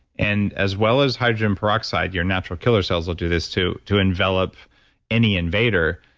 and as well as hydrogen peroxide, your natural killer cells will do this to, to envelop any invader.